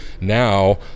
Now